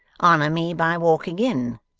honour me by walking in.